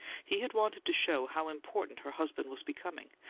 he had wanted to show how important her husband was becoming,